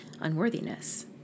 unworthiness